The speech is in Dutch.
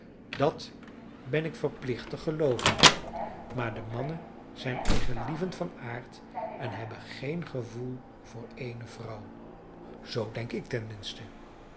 dat ben ik verplicht te gelooven maar de mannen zijn eigenlievend van aard en hebben geen gevoel voor eene vrouw zoo denk ik